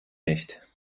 nicht